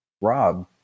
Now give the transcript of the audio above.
Rob